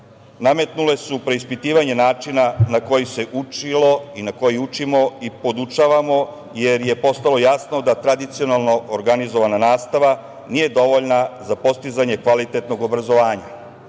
nametnule su preispitivanje načina na koji se učilo i na koji učimo i podučavamo, jer je postalo jasno da tradicionalno organizovana nastava nije dovoljna za postizanje kvalitetnog obrazovanja. Od